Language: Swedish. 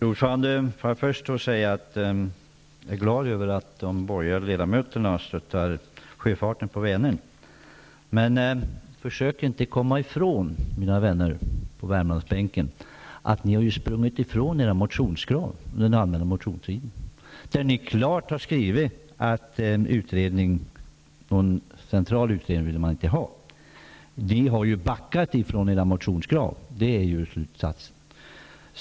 Herr talman! Jag är glad över att de borgerliga ledamöterna stöttar sjöfarten på Vänern. Men försök inte komma ifrån, mina vänner på Värmlandsbänken, att ni har sprungit ifrån era motionskrav från den allmänna motionstiden. Ni har klart skrivit att ni inte ville ha någon central utredning. Ni har backat ifrån era motionskrav. Det är slutsatsen.